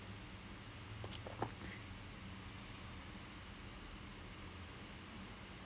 ஒரு:oru two three weeks ago தான்:thaan I started getting back into action